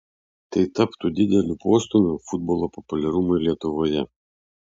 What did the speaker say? tai taptų dideliu postūmiu futbolo populiarumui lietuvoje